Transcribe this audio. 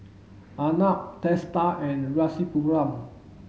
Arnab Teesta and Rasipuram